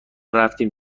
رفتیم